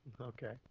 Okay